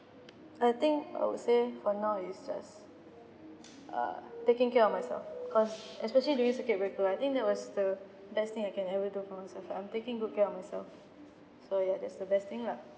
I think I would say for now it's just uh taking care of myself cause especially during circuit breaker I think that was the best thing I can ever do for myself I'm taking good care of myself so ya that's the best thing lah